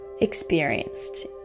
experienced